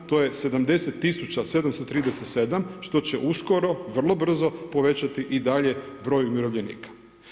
To je 70737 što će uskoro vrlo brzo povećati i dalje broj umirovljenika.